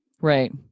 Right